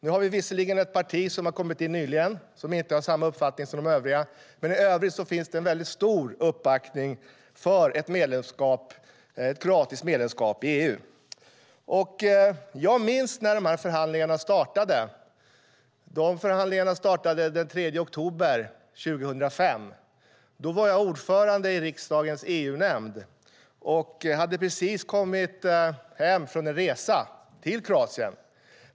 Nu har vi visserligen ett parti som har kommit in nyligen och som inte har samma uppfattning som de övriga, men i övrigt finns det en väldigt stor uppbackning för ett kroatiskt medlemskap i EU. Jag minns när förhandlingarna startade, den 3 oktober 2005. Då var jag ordförande i riksdagens EU-nämnd och hade precis kommit hem från en resa till Kroatien.